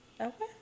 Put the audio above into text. okay